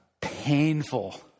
Painful